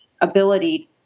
ability